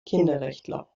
kinderrechtler